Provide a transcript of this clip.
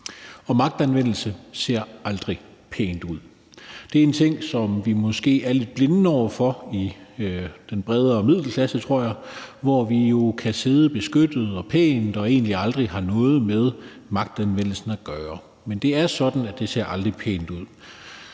Og magtanvendelse ser aldrig pænt ud. Det er en ting, som vi måske er lidt blinde over for i den brede middelklasse, tror jeg, hvor vi jo kan sidde beskyttet og pænt og egentlig aldrig have noget med magtanvendelse at gøre. Men det er sådan, at det aldrig ser pænt ud